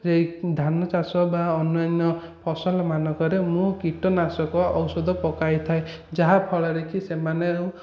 ଏହି ଧାନ ଚାଷ ବା ଅନ୍ୟାନ୍ୟ ଫସଲ ମାନକରେ ମୁଁ କୀଟନାଶକ ଔଷଧ ପକାଇ ଥାଏ ଯାହା ଫଳରେ କି ସେମାନେ